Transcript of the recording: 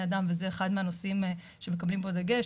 אדם וזה אחד מהנושאים שמקבלים בו דגש.